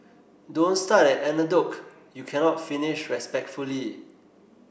don't start an anecdote you cannot finish respectfully